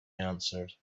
answered